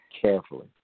carefully